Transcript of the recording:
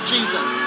Jesus